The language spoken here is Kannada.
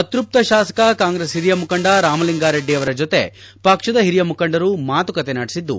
ಅತ್ಯಪ್ತ ಶಾಸಕ ಕಾಂಗ್ರೆಸ್ ಹಿರಿಯ ಮುಖಂಡ ರಾಮಲಿಂಗಾರೆಡ್ಡಿ ಅವರ ಜೊತೆ ಪಕ್ಷದ ಹಿರಿಯ ಮುಖಂಡರು ಮಾತುಕತೆ ನಡೆಬಿದ್ದು